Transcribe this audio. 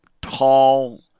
Tall